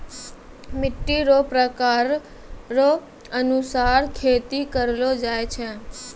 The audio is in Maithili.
मिट्टी रो प्रकार रो अनुसार खेती करलो जाय छै